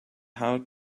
how